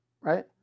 Right